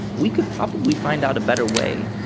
we could probably find out a better way,